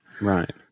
Right